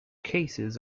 cases